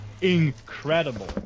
incredible